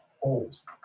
holes